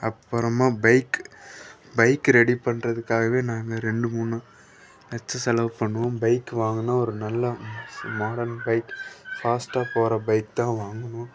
அப்புறமா bike bike ready பண்ணுறதுக்காகவே நாங்கள் ரெண்டு மூணு லட்சம் செலவு பண்ணுவோம் பைக் வாங்கினா ஒரு நல்ல மாடர்ன் பைக் ஃபாஸ்ட்டாக போகிற பைக் தான் வாங்கணும்